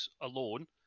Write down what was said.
alone